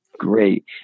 great